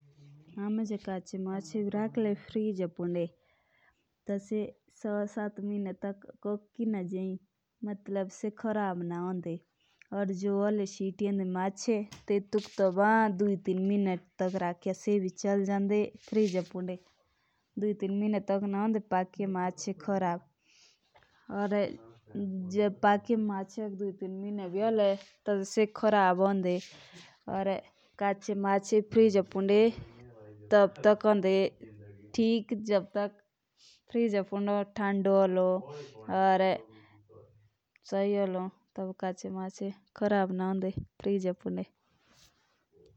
हमे जे कच्ची मशीन भी रखले फिरिजो पंडी तो से 6 7 महीने तक खराब ना होन। या जे सीटिये मची होन सो 5 दस मुंज जांदी खराब हुई। फ़िरिज़ो पुंडी टीबी रोंडा कच्ची मची जादा टाइम लग काहे से कि फ़िरोज़ ठंडा होन।